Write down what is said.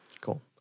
Cool